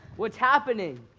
what's happening?